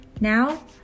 Now